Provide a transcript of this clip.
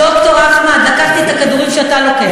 ד"ר אחמד, לקחתי את הכדורים שאתה לוקח.